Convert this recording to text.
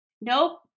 nope